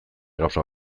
gauza